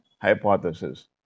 hypothesis